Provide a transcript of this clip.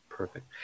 Perfect